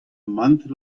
month